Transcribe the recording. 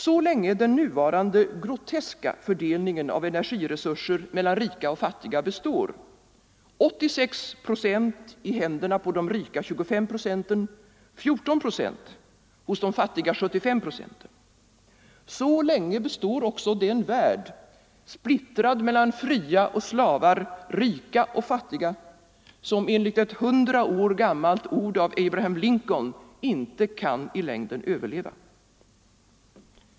Så länge den nuvarande groteska fördelningen av energiresurser mellan rika och fattiga består — 86 procent i händerna på de rika 25 procenten, 14 procent hos de fattiga 75 procenten — så länge består också den värld, splittrad mellan fria och slavar, rika och fattiga, som enligt ett hundra år gammalt uttalande av Abraham Lincoln icke kan i längden överleva.